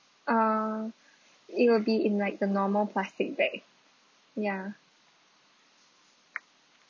uh it will be in like the normal plastic bag ya